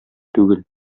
түгел